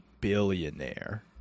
billionaire